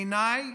בעיניי,